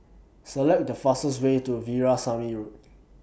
Select The fastest Way to Veerasamy Road